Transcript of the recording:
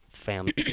family